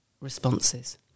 responses